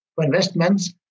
investments